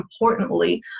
importantly